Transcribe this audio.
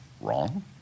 wrong